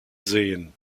sehen